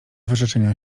wyrzeczenia